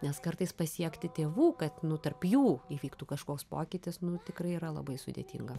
nes kartais pasiekti tėvų kad nu tarp jų įvyktų kažkoks pokytis nu tikrai yra labai sudėtinga